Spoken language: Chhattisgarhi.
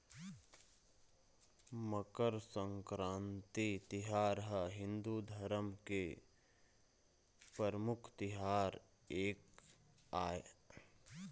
मकर संकरांति तिहार ह हिंदू धरम के परमुख तिहार म एक आय